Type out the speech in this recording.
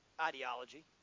ideology